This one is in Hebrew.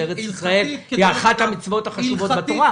וארץ ישראל היא אחת המצוות החשובות בתורה.